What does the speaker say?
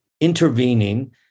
intervening